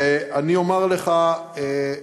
ואני אומר לך,